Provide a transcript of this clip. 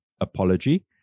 apology